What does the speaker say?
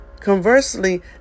conversely